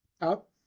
up